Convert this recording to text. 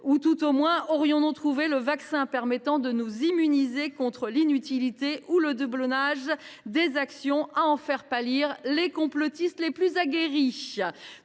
tout du moins le vaccin permettant de nous immuniser contre l’inutilité ou le « doublonnage » des actions, à en faire pâlir les complotistes les plus aguerris ?